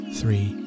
three